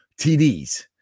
TDs